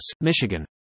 Michigan